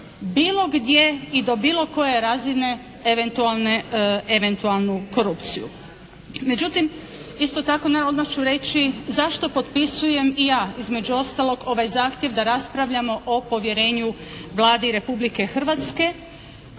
bilo gdje i do bilo koje razine eventualnu korupciju. Međutim, isto tako odmah ću reći zašto potpisujem i ja između ostalog ovaj zahtjev da raspravljamo o povjerenju Vladi Republike Hrvatske.